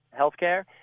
healthcare